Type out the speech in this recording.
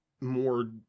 more